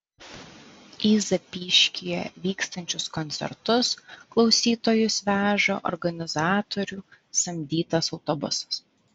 į zapyškyje vykstančius koncertus klausytojus veža organizatorių samdytas autobusas